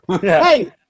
Hey